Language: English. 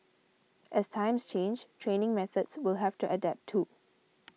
as times change training methods will have to adapt too